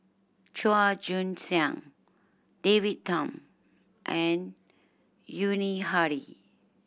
Chua Joon Siang David Tham and Yuni Hadi